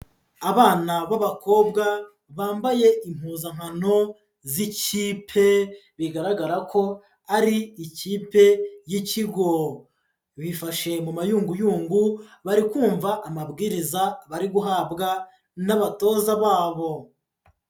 Abana b'abakobwa bambaye impuzankano z'ikipe bigaragara ko ari ikipe y'ikigo, bifashe mu mayunguyungu bari kumva amabwiriza bari guhabwa n'abatoza babo.